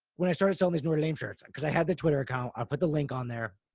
when i started selling these new orleans shirts, and cause i had the twitter account, i put the link on there.